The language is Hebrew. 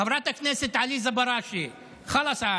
חברת הכנסת עליזה בראשי, חלאס.